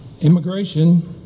Immigration